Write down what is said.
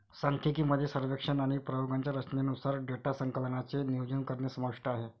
सांख्यिकी मध्ये सर्वेक्षण आणि प्रयोगांच्या रचनेनुसार डेटा संकलनाचे नियोजन करणे समाविष्ट आहे